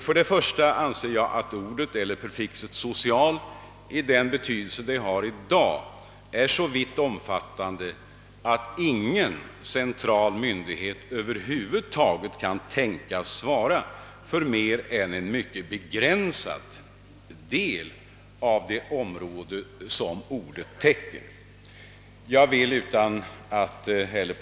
För det första anser jag att prefixet social i den betydelse det har i dag är så vitt omfattande att ingen central myndighet över huvud taget kan tänkas svara för mer än en mycket begränsad del av det område som ordet nu täcker.